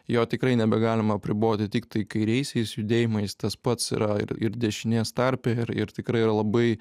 jo tikrai nebegalima apriboti tiktai kairiaisiais judėjimais tas pats yra ir ir dešinės tarpe ir ir tikrai yra labai